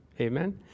Amen